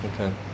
Okay